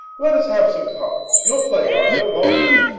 let us have some cards. you'll play, arthur, won't you?